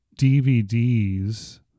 DVDs